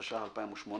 התשע"ח-2018.